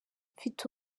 mfite